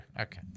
Okay